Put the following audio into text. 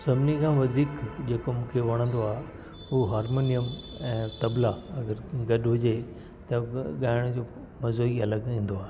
सभिनी खां वधीक जेको मूंखे वणंदो आहे उहो हार्मोनियम ऐं तबला अगरि गॾु हुजे त पोइ ॻाइण जो मज़ो ई अलॻि ईंदो आहे